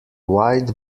white